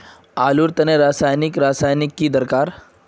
आलूर तने की रासायनिक रासायनिक की दरकार?